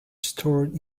stored